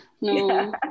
no